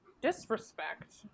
disrespect